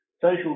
social